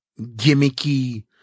gimmicky